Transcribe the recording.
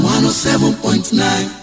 107.9